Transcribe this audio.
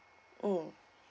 mm